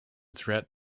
threat